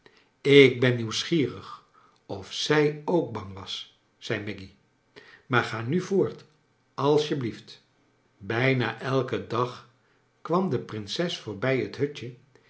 lk ben nieuwsgierig of zij ook bang was zei maggy jviaar ga nu voort alsjeblieft bijna elken dag kwam de prinses voorbij hot hutje